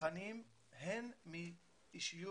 תכנים גם מאישיויות